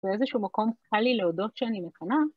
באיזשהו מקום קל לי להודות שאני מוכנה.